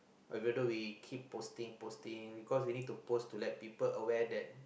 oh even though we keep posting posting cause we need to post to let people aware that